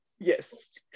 Yes